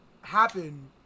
happen